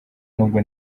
n’ubwo